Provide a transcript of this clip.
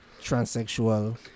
transsexual